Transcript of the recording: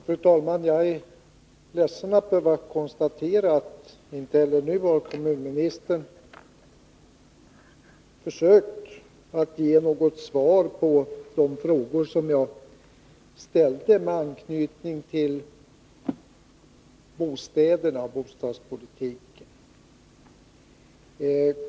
Fru talman! Jag är ledsen att behöva konstatera att inte heller nu har kommunministern försökt ge något svar på de frågor som jag ställde med anknytning till bostäder och bostadspolitik.